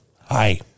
Hi